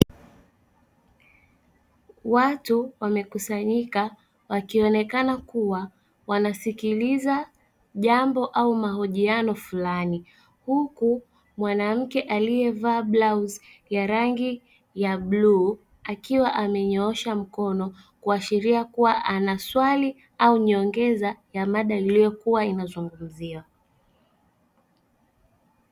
Watu wamekusanyika wakionekana kuwa wanasikiliza jambo au mahojiano fulani, huku mwanamke aliyevaa blauzi ya rangi ya bluu; akiwa amenyoosha mkono, kuashiria kuwa ana swali au nyongeza ya mada iliyokuwa inazungumziwa.